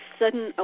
sudden